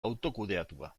autokudeatua